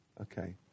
okay